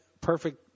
perfect